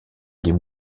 des